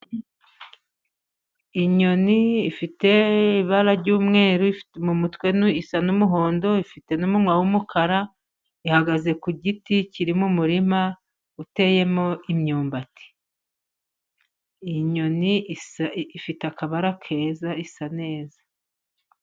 Inyoni ifite ibara ry'umweru. Ifite mu mutwe isa n'umuhondo. Ifite n' umunwa w'umukara. Ihagaze ku giti kiri mu murima uteyemo imyumbati. Inyoni ifite akabara keza isa neza.